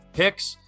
picks